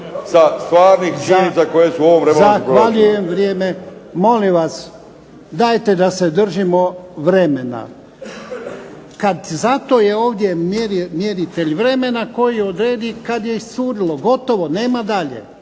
**Jarnjak, Ivan (HDZ)** Zahvaljujem. Vrijeme. Molim vas! Dajte da se držimo vremena. Kad za to je ovdje mjeritelj vremena koji odredi kad je iscurilo, gotovo, nema dalje.